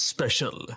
Special।